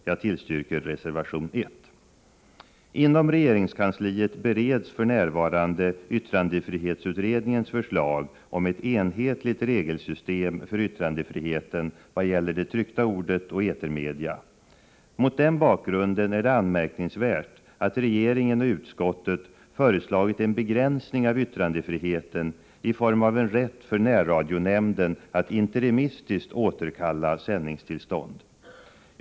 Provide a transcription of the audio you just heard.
Jag tillstyrker reservation 1. Inom regeringskansliet bereds för närvarande yttrandefrihetsutredningens förslag om ett enhetligt regelsystem för yttrandefriheten vad gäller det tryckta ordet och etermedia. Mot den bakgrunden är det anmärkningsvärt att regeringen och utskottet föreslagit en begränsning av yttrandefriheten i form av en rätt för närradionämnden att interimistiskt återkalla sändningstillstånd.